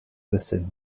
listen